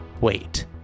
wait